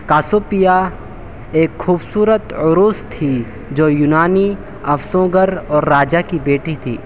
Cassiopeia ایک خوبصورت عَروس تھی جو یونانی افسوں گر اور راجا کی بیٹی تھی